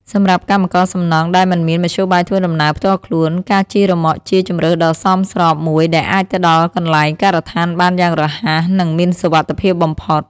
សម្រាប់កម្មករសំណង់ដែលមិនមានមធ្យោបាយធ្វើដំណើរផ្ទាល់ខ្លួន ការជិះរ៉ឺម៉កជាជម្រើសដ៏សមស្របមួយដែលអាចទៅដល់កន្លែងការដ្ឋានបានយ៉ាងរហ័សនិងមានសុវត្ថិភាពបំផុត។